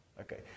okay